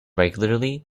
regularly